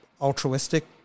altruistic